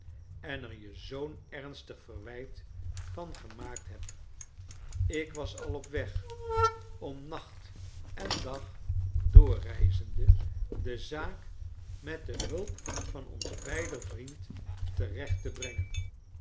en er je zoo'n ernstig verwijt van gemaakt hebt ik was al op weg om nacht en dag doorreizende de zaak met de hulp van ons beider vriend terecht te brengen